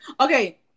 Okay